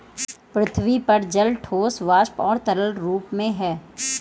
पृथ्वी पर जल ठोस, वाष्प और तरल रूप में है